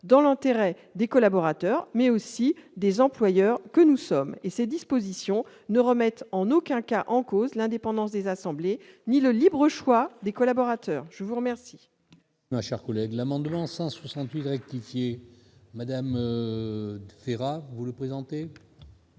dans l'intérêt de ces derniers, mais aussi des employeurs que nous sommes. Elles ne remettent en aucun cas en cause l'indépendance des assemblées ou le libre choix des collaborateurs. La parole